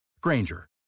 Granger